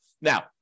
now